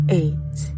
eight